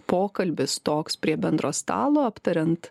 pokalbis toks prie bendro stalo aptariant